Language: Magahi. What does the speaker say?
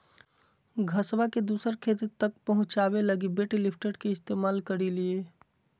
घसबा के दूसर खेत तक पहुंचाबे लगी वेट लिफ्टर के इस्तेमाल करलियै